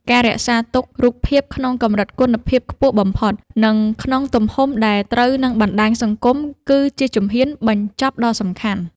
ការរក្សាទុក រូបភាពក្នុងកម្រិតគុណភាពខ្ពស់បំផុត និងក្នុងទំហំដែលត្រូវនឹងបណ្ដាញសង្គម គឺជាជំហ៊ានបញ្ចប់ដ៏សំខាន់។